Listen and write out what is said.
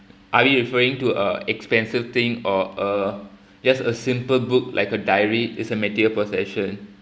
are we referring to a expensive thing or uh just a simple book like a diary is a material possession